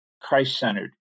Christ-centered